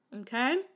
Okay